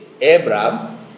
Abraham